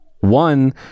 one